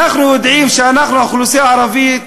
אנחנו יודעים שאנחנו, האוכלוסייה הערבית,